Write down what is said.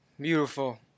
Beautiful